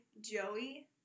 Joey